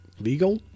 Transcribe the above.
Legal